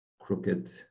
crooked